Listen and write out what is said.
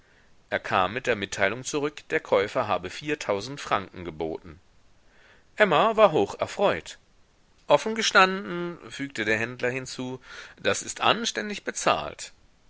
er kam mit der mitteilung zurück der käufer habe viertausend franken geboten emma war hocherfreut offen gestanden fügte der händler hinzu das ist anständig bezahlt